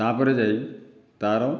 ତା'ପରେ ଯାଇ ତା'ର